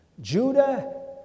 Judah